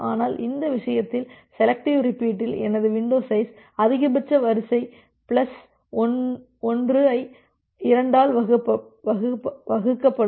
ஆனால் இந்த விஷயத்தில் செலெக்டிவ் ரிப்பீட்டில் எனது வின்டோ சைஸ் அதிகபட்ச வரிசை பிளஸ் 1 ஐ 2 ஆல் வகுக்கப்படும்